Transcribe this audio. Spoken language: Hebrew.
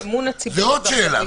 זה עוד שאלה.